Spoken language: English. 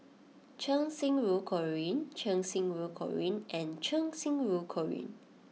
Cheng Xinru Colin Cheng Xinru Colin and Cheng Xinru Colin